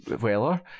Weller